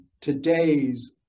today's